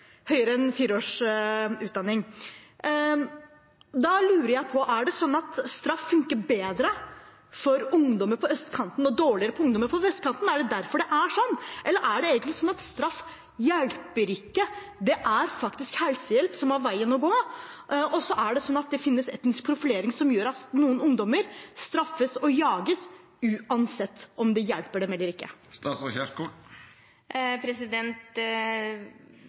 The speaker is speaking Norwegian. enn fire års høyere utdanning. Da lurer jeg på: Er det sånn at straff funker bedre for ungdommer på østkanten og dårligere for ungdommer på vestkanten? Er det derfor det er sånn? Eller er det egentlig sånn at straff ikke hjelper, og at det faktisk er helsehjelp som er veien å gå? Det finnes etnisk profilering som gjør at noen ungdommer straffes og jages uansett om det hjelper dem eller ikke.